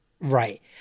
Right